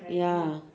ya